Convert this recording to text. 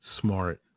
Smart